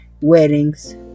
weddings